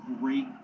great